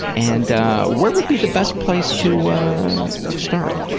and where would be the best place to to start?